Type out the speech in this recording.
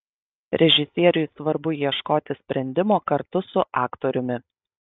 režisieriui svarbu ieškoti sprendimo kartu su aktoriumi